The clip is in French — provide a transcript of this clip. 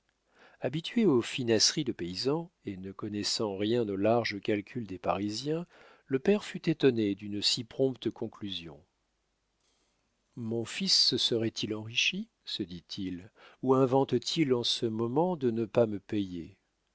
habitué aux finasseries de paysan et ne connaissant rien aux larges calculs des parisiens le père fut étonné d'une si prompte conclusion mon fils se serait-il enrichi se dit-il ou invente t il en ce moment de ne pas me payer